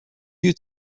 you